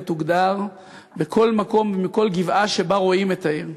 תוגדר בכל מקום ומכל גבעה שבה רואים את העיר.